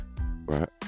Right